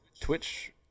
Twitch